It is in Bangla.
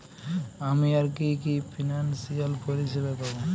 আমি আর কি কি ফিনান্সসিয়াল পরিষেবা পাব?